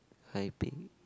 I think